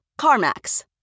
CarMax